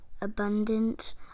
Abundance